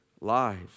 lives